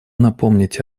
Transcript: напомнить